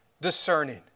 discerning